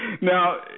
Now